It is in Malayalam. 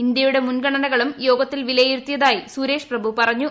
ഇന്ത്യുടെ മുൻഗണനകളും യോഗത്തിൽ വിലയിരുത്തിയതായി സുരേഷ് പ്രഭു പറഞ്ഞു